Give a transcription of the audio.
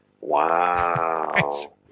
Wow